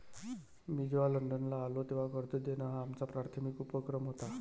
मी जेव्हा लंडनला आलो, तेव्हा कर्ज देणं हा आमचा प्राथमिक उपक्रम होता